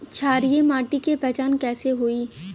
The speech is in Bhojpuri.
क्षारीय माटी के पहचान कैसे होई?